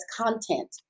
content